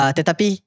Tetapi